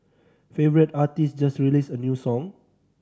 favourite artist just released a new song